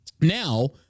now